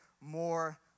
more